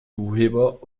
urheber